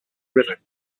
river